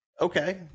Okay